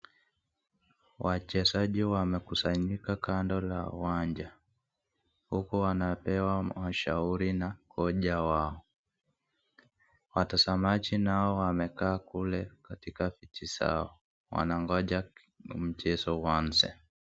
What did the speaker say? Wachezaji wamekusanyika kando la uwanja uku wanapewa mashauri na kocha wao. Watazamaji nao wamekaa kule katikati zao wanagoja mchezo uanze